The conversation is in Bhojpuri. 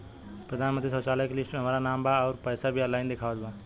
प्रधानमंत्री शौचालय के लिस्ट में हमार नाम बा अउर पैसा भी ऑनलाइन दिखावत बा